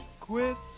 quits